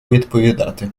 відповідати